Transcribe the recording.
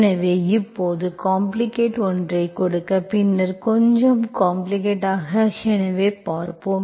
எனவே இப்போது காம்ப்ளிகேட் ஒன்றை கொடுக்க பின்னர் கொஞ்சம் காம்ப்ளிகேட் ஆக எனவே பார்ப்போம்